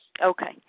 Okay